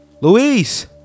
Louise